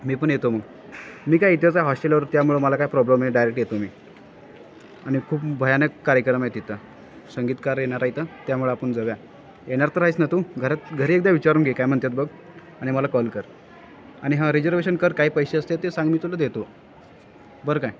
मी पण येतो मग मी काय इथंच आहे हॉस्टेलवर त्यामुळे मला काय प्रॉब्लेम नाही डायरेक्ट येतो मी आणि खूप भयानक कार्यक्रम आहे तिथं संगीतकार येणार आहेत त्यामुळे आपण जाऊया येणार तर आहेस ना तू घरात घरी एकदा विचारून घे काय म्हणतात बघ आणि मला कॉल कर आणि हा रिजर्वेशन कर काय पैसे असते ते सांग मी तुला देतो बरं काय